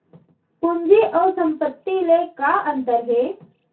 पूंजी अऊ संपत्ति ले का अंतर हे?